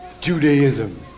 Judaism